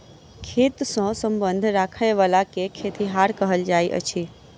खेत सॅ संबंध राखयबला के खेतिहर कहल जाइत अछि